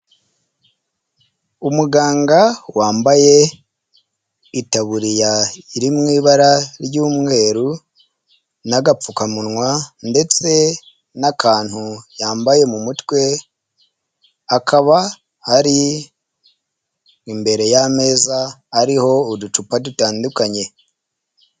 Umuganga wambaye itaburiya iri mu ibara ry' umweru n'agapfukamunywa ndetse n' akantu yambaye mu mutwe. Akaba ari imbere y' ameza ariho uducupa dutandukanye.